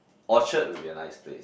Orchard would be a nice place